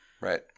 Right